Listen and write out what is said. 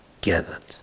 gathered